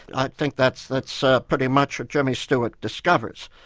i think that's that's ah pretty much what jimmy stewart discovers.